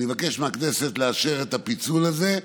אני מבקש מהכנסת לאשר את הפיצול הזה,